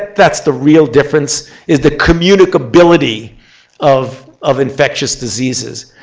that's the real difference is the communicability of of infectious diseases.